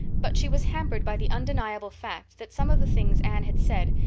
but she was hampered by the undeniable fact that some of the things anne had said,